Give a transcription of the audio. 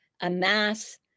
amass